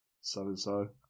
so-and-so